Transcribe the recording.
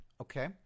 Okay